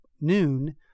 noon